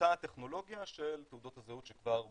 אותה טכנולוגיה של תעודות הזהות שכבר בסירקולציה.